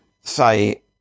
say